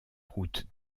route